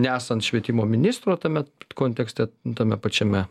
nesant švietimo ministro tame kontekste tame pačiame